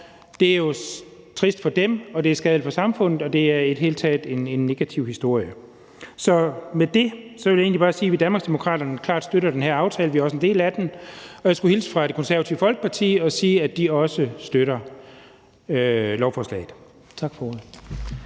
Det er jo trist for dem, og det er skadeligt for samfundet, og det er i det hele taget en negativ historie. Så med det vil jeg egentlig bare sige, at vi i Danmarksdemokraterne klart støtter den her aftale; vi er også en del af den. Og jeg skulle hilse fra Det Konservative Folkeparti og sige, at de også støtter lovforslaget. Tak for ordet.